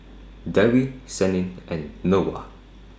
Dewi Senin and Noah